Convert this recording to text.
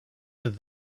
that